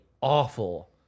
awful